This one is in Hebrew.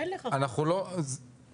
אנחנו לא מטפלים בזה.